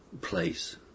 place